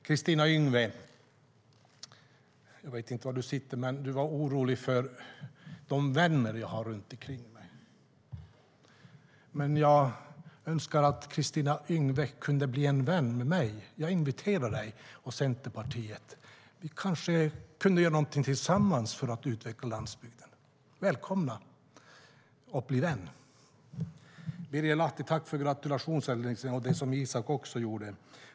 Kristina Yngwe var orolig för vilka vänner jag har omkring mig. Jag önskar att Kristina Yngwe kunde bli vän med mig. Jag inviterar henne och Centerpartiet. Vi kanske kunde göra någonting tillsammans för att utveckla landsbygden. Välkommen att bli vän! Jag tackar Birger Lahti för gratulationerna, vilket även gäller Isak From.